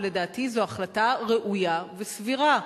ולדעתי זו החלטה ראויה וסבירה.